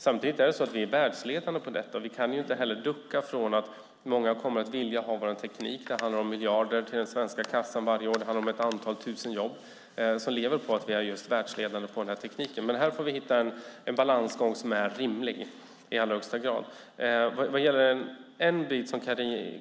Samtidigt är vi världsledande på detta, och vi kan inte heller ducka för att många kommer att vilja ha vår teknik. Det handlar om miljarder till den svenska kassan varje år. Det handlar om ett antal tusen jobb i branscher som lever på att vi är världsledande inom just denna teknik. Men här får vi hitta en balans som är rimlig i allra högsta grad.